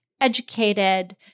educated